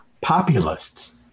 populists